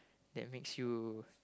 that makes you